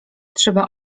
trzeba